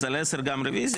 אז על 10 גם רביזיה.